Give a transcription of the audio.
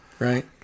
Right